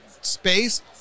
space